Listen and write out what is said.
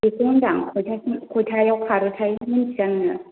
बेखौ होनदों आं खयथासिम खयथायाव खारोथाय बेखौ मिन्थिया नोङो